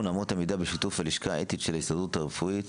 אמות המידה בשיתוף הלשכה האתית של ההסתדרות הרפואית,